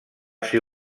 ser